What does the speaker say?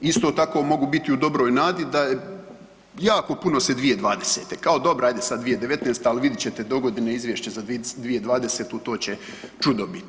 Isto tako mogu biti u dobroj nadi da je jako puno se 2020., kao dobro ajde sad 2019., al vidjet ćete dogodine izvješće za 2020. to će čudo bit.